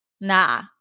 nah